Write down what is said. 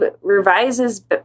revises